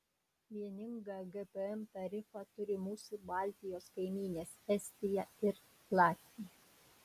vieningą gpm tarifą turi mūsų baltijos kaimynės estija ir latvija